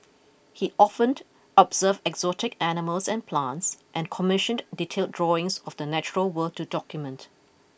he often observed exotic animals and plants and commissioned detailed drawings of the natural world to document